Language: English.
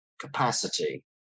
capacity